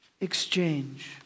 exchange